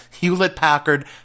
Hewlett-Packard